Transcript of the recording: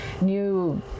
new